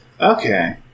Okay